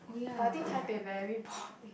but I think Taipei very boring